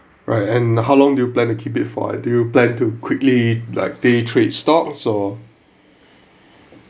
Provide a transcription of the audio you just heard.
right and how long do you plan to keep it for or do you plan to quickly like day trade stocks or